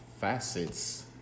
facets